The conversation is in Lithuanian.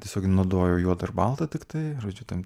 tiesiog naudojau juodą ir baltą tiktai žodžiu ten